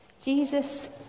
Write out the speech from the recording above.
Jesus